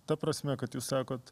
ta prasme kad jūs sakot